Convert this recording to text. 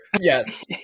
Yes